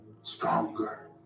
stronger